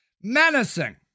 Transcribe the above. Menacing